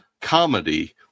comedy